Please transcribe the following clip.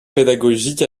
pédagogique